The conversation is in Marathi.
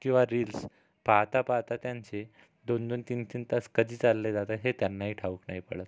किंवा रील्स पाहतापाहता त्यांचे दोन दोन तीन तीन तास कधी चालले जातात हे त्यांना ही ठाऊक नाही पडत